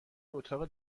اتاق